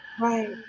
Right